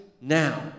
now